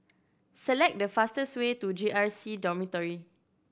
select the fastest way to J R C Dormitory